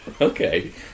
Okay